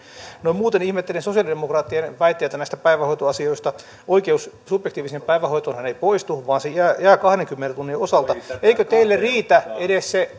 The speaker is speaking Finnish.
no muuten ihmettelen sosialidemokraattien väitteitä näistä päivähoitoasioista oikeus subjektiiviseen päivähoitoonhan ei poistu vaan se jää kahdenkymmenen tunnin osalta eikö teille riitä edes se